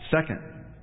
second